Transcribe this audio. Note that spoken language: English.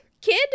kid